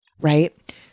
Right